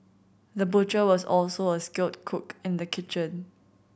the butcher was also a skilled cook in the kitchen